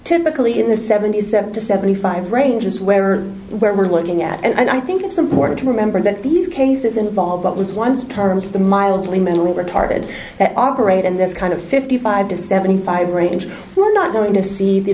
typically in the seventy seven to seventy five range is where or where we're looking at and i think it's important to remember that these cases involve what was once terms of the mildly mentally retarded that operate in this kind of fifty five to seventy five range we're not going to see the